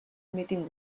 meeting